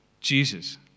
Jesus